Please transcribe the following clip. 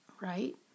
Right